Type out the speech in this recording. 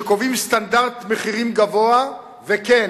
שקובעים סטנדרט מחירים גבוה, וכן